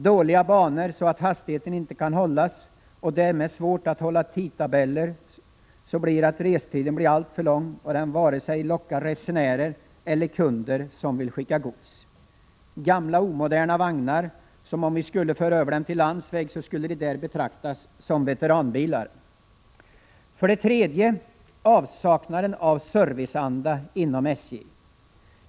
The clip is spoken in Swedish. Dåliga banor, så att hastigheten inte kan hållas och det därmed blir svårt att hålla tidtabeller, gör restiden alltför lång för att locka resenärer eller kunder som vill skicka gods. Gamla och omoderna vagnar som, om det gällde landsvägstrafik, skulle betraktas som veteranbilar. För det tredje: avsaknaden av serviceanda inom SJ.